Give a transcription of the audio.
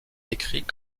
décrit